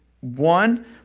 one